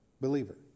believer